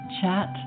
chat